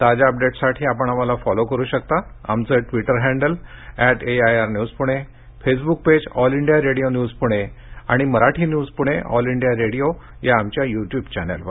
ताज्या अपडेट्ससाठी आपण आम्हाला फॉलो करु शकता आमचं Twitter handle at AIR news Pune Facebook page All India Radio news Pune आणि Marathi news Pune All India Radio या आमच्या युट्युब चॅनेलवर